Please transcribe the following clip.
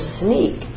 sneak